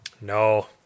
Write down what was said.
No